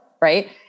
right